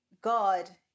God